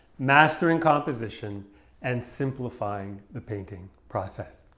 mastering composition and simplifying the painting process.